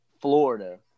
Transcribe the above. florida